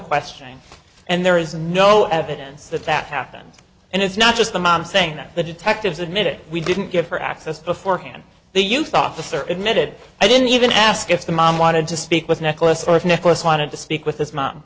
questioning and there is no evidence that that happens and it's not just the mom saying that the detectives admitted we didn't give her access beforehand the youth officer emitted i didn't even ask if the mom wanted to speak with nicholas or if nicholas wanted to speak with his mom